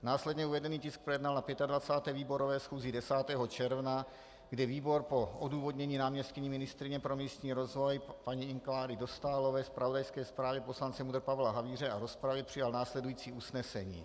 Následně uvedený tisk projednal na 25. výborové schůzi 10. června, kdy výbor po odůvodnění náměstkyně ministryně pro místní rozvoj paní Ing. Kláry Dostálové, zpravodajské zprávě poslance MUDr. Pavla Havíře a rozpravě přijal následující usnesení: